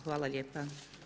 Hvala lijepa.